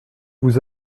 vous